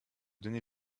donner